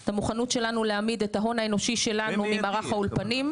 את המוכנות שלנו להעמיד את ההון האנושי שלנו למערך האולפנים,